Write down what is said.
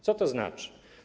Co to znaczy?